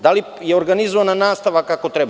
Da li je organizovana nastava kakva treba?